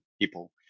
people